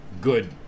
good